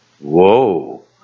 Whoa